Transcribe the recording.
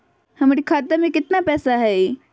हमर खाता मे केतना पैसा हई?